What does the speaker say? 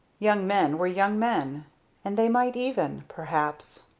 young men were young men and they might even perhaps!